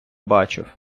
бачив